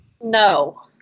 No